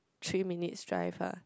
three minutes drive ah